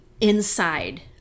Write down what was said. inside